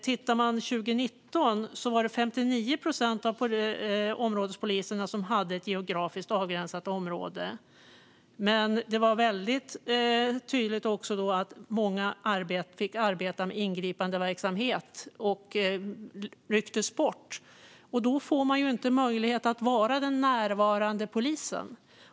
År 2019 var det 59 procent av områdespoliserna som hade ett geografiskt avgränsat område. Men det var väldigt tydligt att många fick arbeta med ingripandeverksamhet och att de rycktes bort. Då får de inte möjlighet att vara den närvarande polisen.